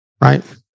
right